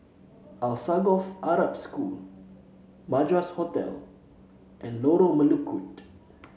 Alsagoff Arab School Madras Hotel and Lorong Melukut